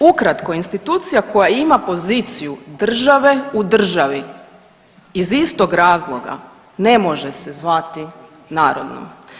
Ukratko, institucija koja ima poziciju države u državi iz istog razloga ne može se zvati narodnom.